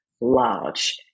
large